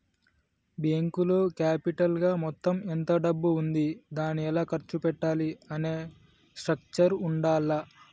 బ్యేంకులో క్యాపిటల్ గా మొత్తం ఎంత డబ్బు ఉంది దాన్ని ఎలా ఖర్చు పెట్టాలి అనే స్ట్రక్చర్ ఉండాల్ల